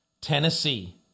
Tennessee